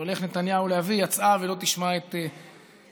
שהולך נתניהו להביא, יצאה ולא תשמע את תשובתי.